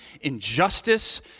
injustice